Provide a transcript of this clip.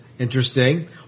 Interesting